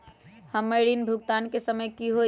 हमर ऋण भुगतान के समय कि होई?